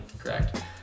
correct